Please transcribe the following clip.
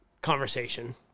conversation